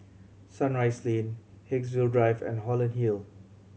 Sunrise Lane Haigsville Drive and Holland Hill